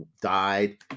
died